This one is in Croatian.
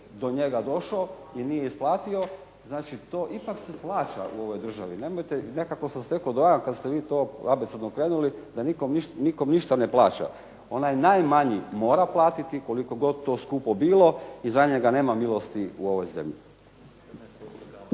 do njega došao i nije isplatio. Znači, to ipak se plaća u ovoj državi. Nemojte, nekako sam stekao dojam kad ste vi to abecedno krenuli da nikom ništa ne plaća. Onaj najmanji mora platiti koliko god to skupo bilo i za njega nema milosti u ovoj zemlji.